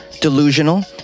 delusional